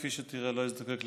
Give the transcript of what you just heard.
כפי שתראה, לא אזדקק לכולן.